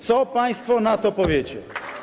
Co państwo na to powiecie?